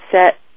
set